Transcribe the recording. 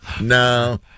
No